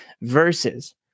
verses